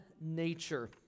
nature